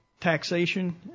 taxation